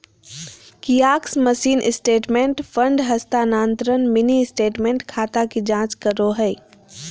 kiosk machine statement, fund हस्तानान्तरण, mini statement, खाता की जांच करो हइ